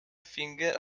finger